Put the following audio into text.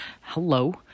Hello